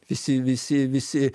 visi visi visi